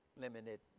limited